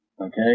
Okay